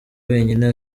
wenyine